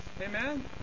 Amen